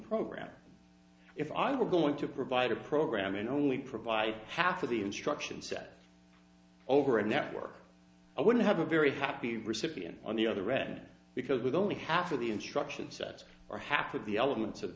program if i were going to provide a program and only provide half of the instruction set over a network i wouldn't have a very happy recipient on the other read because with only half of the instruction set or half of the elements of